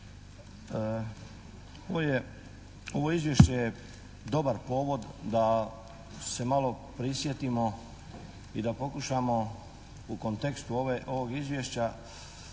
Ovo Izvješće je dobar povod da se malo prisjetimo i da pokušamo u kontekstu ovog Izvješća